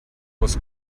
was